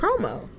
promo